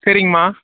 சரிங்கம்மா